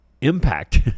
impact